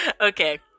Okay